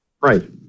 right